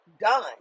done